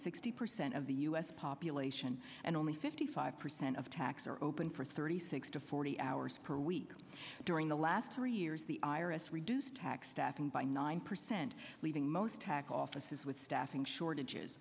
sixty percent of the us population and only fifty five percent of tax are open for thirty six to forty hours per week during the last three years the iris reduced tax staffing by nine percent leaving most tack offices with staffing shortages